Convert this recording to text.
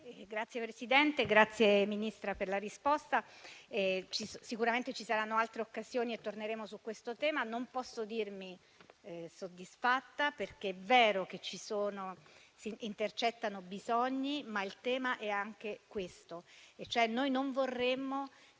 Signor Presidente, ringrazio la Ministra per la risposta. Sicuramente ci saranno altre occasioni e torneremo sull'argomento, ma non posso dirmi soddisfatta, perché è vero che si intercettano bisogni, ma il tema è anche questo.